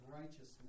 righteousness